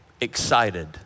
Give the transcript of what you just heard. excited